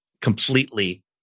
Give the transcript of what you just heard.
completely